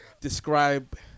describe